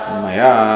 maya